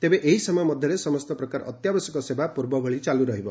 ତେବେ ଏହି ସମୟ ମଧ୍ୟରେ ସମସ୍ତ ପ୍ରକାର ଅତ୍ୟାବଶ୍ୟକ ସେବା ପୂର୍ବ ଭଳି ଚାଲୁ ରହିବ